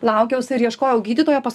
laukiausi ir ieškojau gydytojo pas